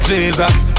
Jesus